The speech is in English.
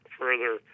further